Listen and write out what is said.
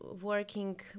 working